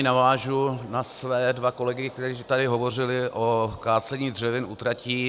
Navážu na své dva kolegy, kteří tady hovořili o kácení dřevin u tratí.